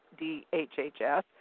DHHS